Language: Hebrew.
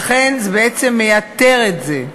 לכן זה בעצם מייתר את זה.